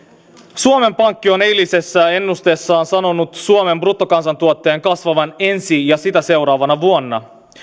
suomen pankki on eilisessä ennusteessaan sanonut suomen bruttokansantuotteen kasvavan ensi ja sitä seuraavana vuonna